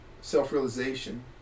self-realization